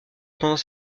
pendant